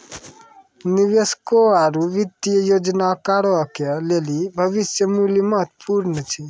निवेशकों आरु वित्तीय योजनाकारो के लेली भविष्य मुल्य महत्वपूर्ण छै